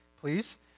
please